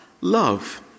love